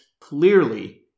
clearly